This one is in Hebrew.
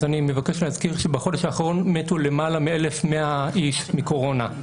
אני מבקש להזכיר שבחודש האחרון מתו יותר מ-1,100 איש מקורונה,